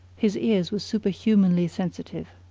his ears were superhumanly sensitive.